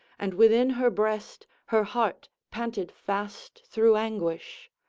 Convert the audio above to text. and within her breast her heart panted fast through anguish,